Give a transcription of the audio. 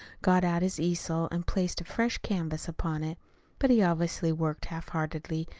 got out his easel and placed a fresh canvas upon it but he obviously worked half-heartedly,